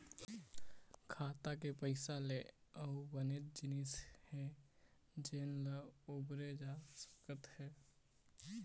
खाता के पइसा ले अउ बनेच जिनिस हे जेन ल बउरे जा सकत हे